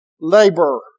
labor